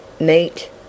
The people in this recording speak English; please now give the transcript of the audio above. Meat